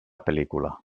pel·lícula